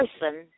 person